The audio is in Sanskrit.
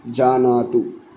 जानातु